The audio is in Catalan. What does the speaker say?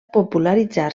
popularitzar